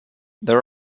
there